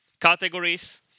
categories